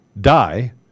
die